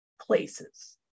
places